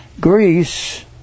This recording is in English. Greece